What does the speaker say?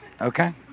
Okay